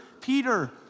Peter